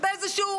באיזשהו